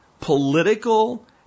political